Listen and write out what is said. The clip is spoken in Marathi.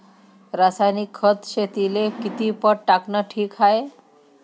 रासायनिक खत शेतीले किती पट टाकनं ठीक हाये?